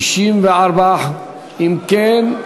אם כן,